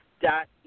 Dot